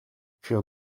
für